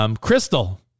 Crystal